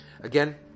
again